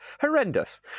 horrendous